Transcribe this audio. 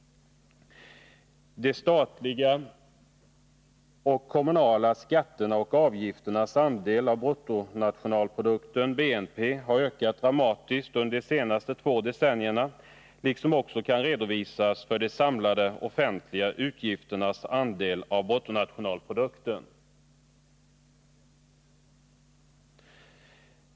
De statliga och kommunala skatternas och avgifternas andel av bruttonationalprodukten har ökat dramatiskt under de senaste två decennierna liksom också kan redovisas för de samlade offentliga utgifternas andel av BNP.